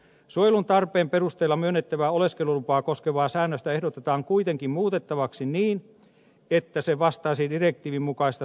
suojelun tarpeen perusteella myönnettävää oleskelulupaa koskevaa säännöstä ehdotetaan kuitenkin muutettavaksi niin että se vastaisi direktiivin mukaista toissijaista suojelua